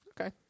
Okay